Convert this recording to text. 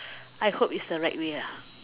I hope is the right way lah